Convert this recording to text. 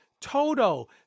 toto